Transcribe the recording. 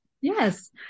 Yes